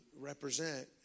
represent